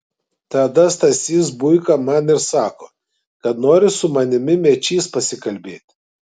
tada stasys buika man ir sako kad nori su manimi mečys pasikalbėti